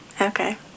Okay